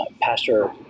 Pastor